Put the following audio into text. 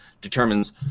determines